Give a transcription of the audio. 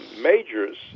Majors